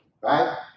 Right